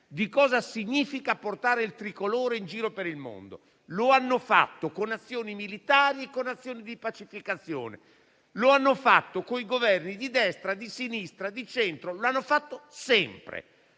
di cosa significa portare il Tricolore in giro per il mondo; lo hanno fatto con azioni militari e di pacificazione, con i Governi di destra, di sinistra o di centro: l'hanno fatto sempre.